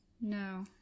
No